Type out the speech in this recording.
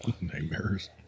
Nightmares